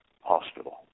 hospital